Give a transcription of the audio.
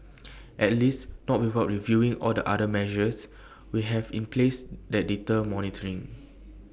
at least not without reviewing all the other measures we have in place that deter motoring